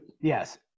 yes